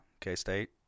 K-State